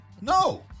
No